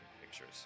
Pictures